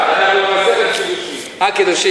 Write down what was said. אנחנו במסכת קידושין.